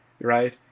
right